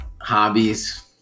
hobbies